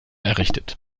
errichtet